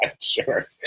Sure